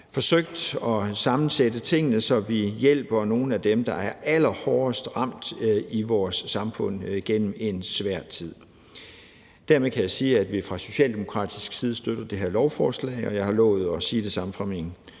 forsøgt at sammensætte tingene, så vi hjælper nogle af dem, der er allerhårdest ramt i vores samfund, gennem en svær tid. Dermed kan jeg sige, at vi fra socialdemokratisk side støtter det her lovforslag, og jeg har lovet at sige det samme fra min